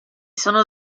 sono